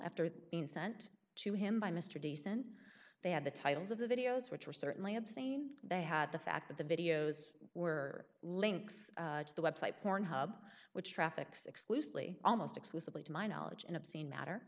after being sent to him by mr decent they had the titles of the videos which were certainly obscene they had the fact that the videos were links to the web site pornhub which traffics exclusively almost exclusively to my knowledge in obscene matter